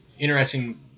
Interesting